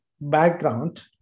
background